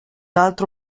altro